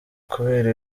kubera